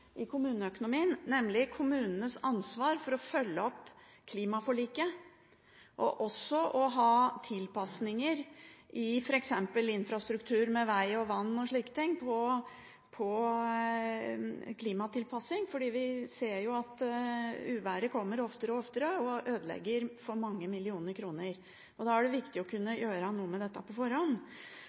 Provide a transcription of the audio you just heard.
i kommuneøkonomien, nemlig kommunenes ansvar for å følge opp klimaforliket og for å ha klimatilpassinger i f.eks. infrastruktur med veg og vann og slike ting, for vi ser jo at uværet kommer oftere og oftere og ødelegger for mange millioner kroner. Da er det viktig å kunne gjøre noe med dette på forhånd.